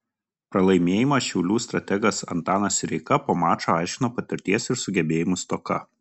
pralaimėjimą šiaulių strategas antanas sireika po mačo aiškino patirties ir sugebėjimų stoka